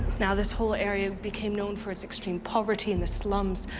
now this whole area became known for its extreme poverty and the slums,